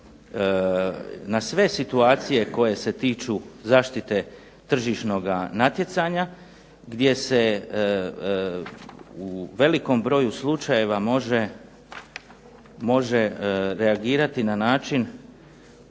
na sve situacije koje se tiču zaštite tržišnoga natjecanja gdje se u velikom broju slučajeva može reagirati na način